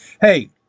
hey